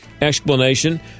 explanation